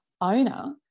owner